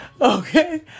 Okay